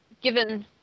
given